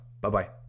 Bye-bye